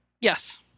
Yes